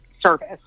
service